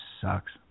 Sucks